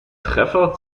treffer